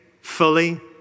fully